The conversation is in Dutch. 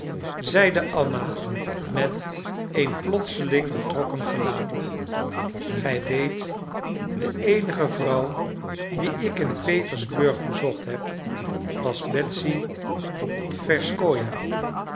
zeide anna meteen plotseling betrokken gelaat gij weet de eenige vrouw die ik in petersburg bezocht heb was betsy